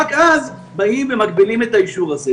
רק אז מגבילים את האישור הזה.